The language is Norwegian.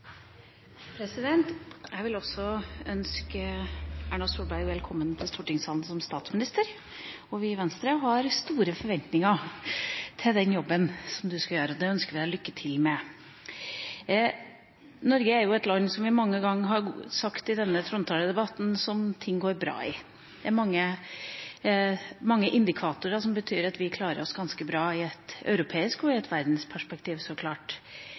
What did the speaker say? Jeg vil også ønske Erna Solberg velkommen til stortingssalen som statsminister. Vi i Venstre har store forventninger til den jobben som hun skal gjøre. Det ønsker vi henne lykke til med. Norge er jo et land der mange ting går bra, som vi har sagt mange ganger i denne trontaledebatten. Det er mange indikatorer som tyder på at vi klarer oss ganske bra i et europeisk perspektiv og i et